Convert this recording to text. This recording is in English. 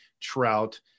Trout